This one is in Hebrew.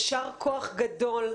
יישר כוח גדול.